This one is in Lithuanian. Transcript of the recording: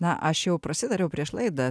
na aš jau prasitariau prieš laidą